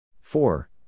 four